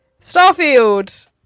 Starfield